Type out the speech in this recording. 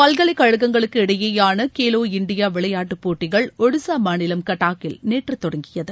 பல்கலைக்கழகங்களுக்கு இடையேயான கேலோ இண்டியா விளையாட்டுப் போட்டிகள் ஒடிஸா மாநிலம் கட்டாக்கில் நேற்று தொடங்கியது